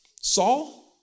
Saul